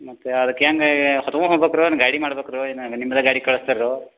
ಮತ್ತು ಅದಕ್ಕೆ ಹೆಂಗೆ ಹೊತೊಮ ಹೊಗ್ಬೇಕ್ರೊ ಗಾಡಿ ಮಾಡ್ಬೇಕ್ರೊ ಏನು ನಿಮ್ದ ಗಾಡಿ ಕಳ್ಸ್ತಿರೊ